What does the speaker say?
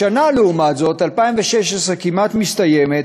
השנה, לעומת זאת, 2016, כמעט מסתיימת,